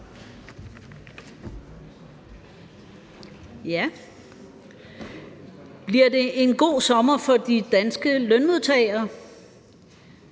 Bliver det en god sommer for de danske lønmodtagere?